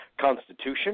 Constitution